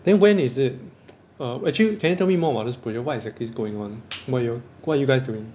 then when is it err actually can you tell me more about this project what exactly is going on what are you what are you guys doing